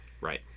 Right